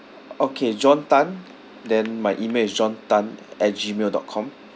okay john tan then my email is john tan at Gmail dot com